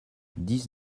dix